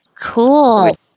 Cool